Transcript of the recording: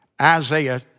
Isaiah